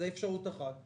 זו אפשרות אחת,